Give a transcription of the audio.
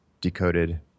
decoded